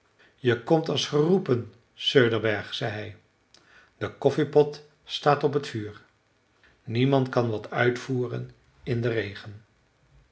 je komt als geroepen söderberg zei hij de koffiepot staat op t vuur niemand kan wat uitvoeren in den regen